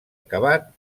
acabat